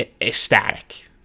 ecstatic